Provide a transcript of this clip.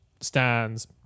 stands